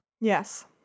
Yes